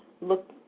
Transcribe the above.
look